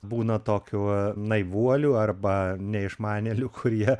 būna tokių naivuolių arba neišmanėlių kurie